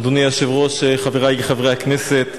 אדוני היושב-ראש, חברי חברי הכנסת,